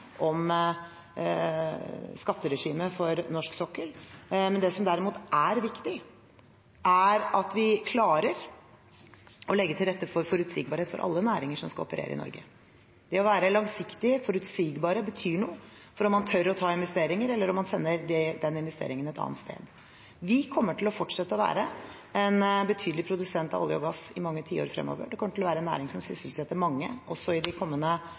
om skatteregimet for norsk sokkel. Det som derimot er viktig, er at vi klarer å legge til rette for forutsigbarhet for alle næringer som skal operere i Norge. Det å være langsiktig og forutsigbar betyr noe for om man tør å gjøre investeringer, eller om man sender den investeringen et annet sted. Vi kommer til å fortsette å være en betydelig produsent av olje og gass i mange tiår fremover. Det kommer til å være en næring som sysselsetter mange, også i de kommende